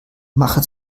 mache